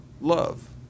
love